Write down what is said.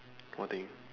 what thing